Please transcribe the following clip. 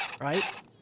right